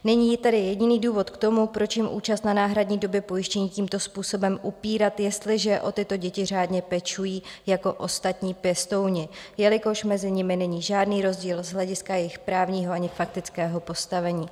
Není tedy jediný důvod k tomu, proč jim účast na náhradní době pojištění tímto způsobem upírat, jestliže o tyto děti řádně pečují jako ostatní pěstouni, jelikož mezi nimi není žádný rozdíl z hlediska jejich právního ani faktického postavení.